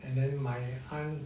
and then my aunt